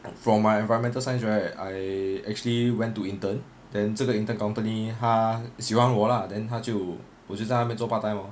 from my environmental science right I actually went to intern then 这个 intern company 他他喜欢我 lah then 他就我就在那边做 part time lor